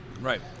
Right